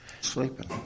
sleeping